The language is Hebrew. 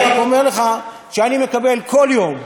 אני רק אומר לך שאני מקבל כל יום,